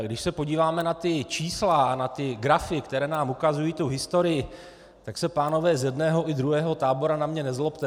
Když se podíváme na ta čísla, na ty grafy, které nám ukazují historii, tak se pánové z jednoho i druhého tábora na mě nezlobte.